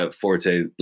forte